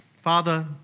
Father